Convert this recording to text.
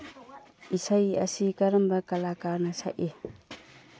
ꯏꯁꯩ ꯑꯁꯤ ꯀꯔꯝꯕ ꯀꯂꯀꯥꯔꯅ ꯁꯛꯏ